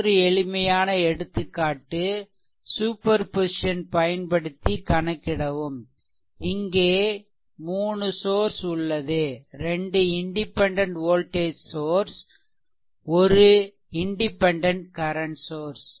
மற்றொரு எளிமையான எடுத்துக்காட்டு சூப்பர்பொசிசன் பயன்படுத்தி கணக்கிடவும் இங்கே 3 சோர்ஸ் உள்ளது 2 இண்டிபெண்டென்ட் வோல்டேஜ் சோர்ஸ் ஒரு இண்டிபெண்டென்ட் கரன்ட் சோர்ஸ்